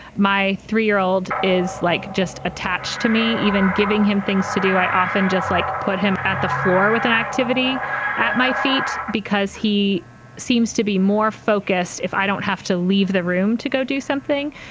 my three year old is like just attached to me, even giving him things to do. i often just like put him at the floor with an activity at my feet because he seems to be more focused. if i don't have to leave the room to go do something.